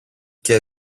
και